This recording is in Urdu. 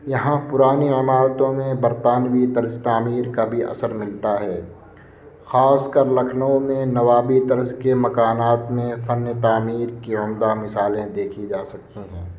یہاں پرانی عمارتوں میں برطانوی طرز تعمیر کا بھی اثر ملتا ہے خاص کر لکھنؤ میں نوابی طرز کے مکانات میں فن تعمیر کی عمدہ مثالیں دیکھی جا سکتی ہیں